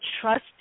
trust